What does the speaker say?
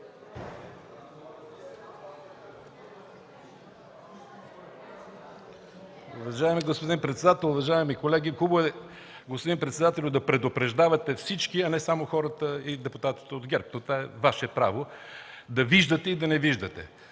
Уважаеми господин председател, уважаеми колеги! Хубаво е, господин председателю, да предупреждавате всички, а не само хората и депутатите от ГЕРБ. Това е Ваше право – да виждате и да не виждате.